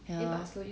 ya